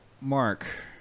mark